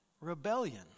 rebellion